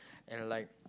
and like